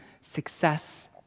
success